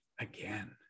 again